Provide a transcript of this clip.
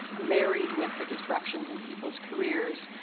married with the disruptions in people's careers,